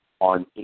On